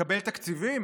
מקבל תקציבים?